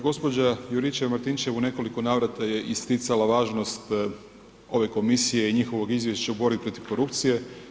Gospođa Juričev-Martinčev u nekoliko navrata isticala važnost ove komisije i njihovog izvješća u borbi protiv korupcije.